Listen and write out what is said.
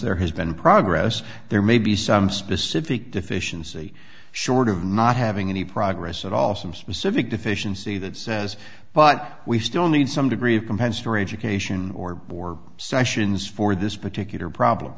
there has been progress there may be specific deficiency short of not having any progress at all some specific deficiency that says but we still need some degree of compensatory education or board sessions for this particular problem